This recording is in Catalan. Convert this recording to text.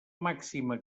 màxima